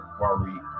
Worry